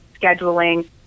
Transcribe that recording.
scheduling